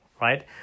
right